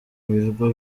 birwa